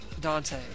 Dante